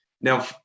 now